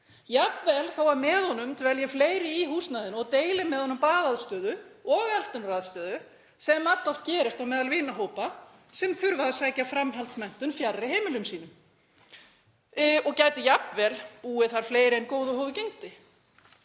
jafnvel þó að með honum dvelji fleiri í húsnæðinu og deili með honum baðaðstöðu og eldunaraðstöðu, sem alloft gerist meðal vinahópa sem þurfa að sækja framhaldsmenntun fjarri heimilum sínum, og gætu jafnvel búið þar fleiri en góðu hófi gegndi.